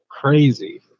crazy